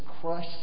crush